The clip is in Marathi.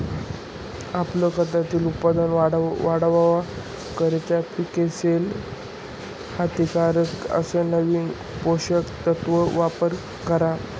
आपलं खेतीन उत्पन वाढावा करता पिकेसले हितकारक अस नवीन पोषक तत्वन वापर करा